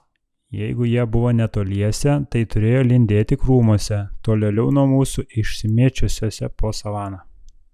jeigu jie buvo netoliese tai turėjo lindėti krūmuose tolėliau nuo mūsų išsimėčiusiuose po savaną